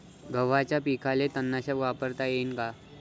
गव्हाच्या पिकाले तननाशक वापरता येईन का?